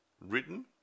written